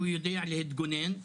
שהוא יודעלהתגונן,